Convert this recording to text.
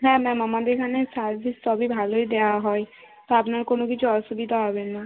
হ্যাঁ ম্যাম আমাদের এখানে সার্ভিস সবই ভালোই দেওয়া হয় তা আপনার কোনো কিছু অসুবিধা হবে না